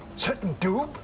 certain doom!